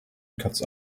cuts